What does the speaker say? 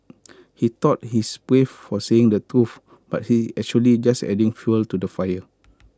he thought he's brave for saying the truth but he's actually just adding fuel to the fire